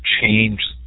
change